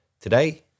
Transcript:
Today